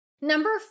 Number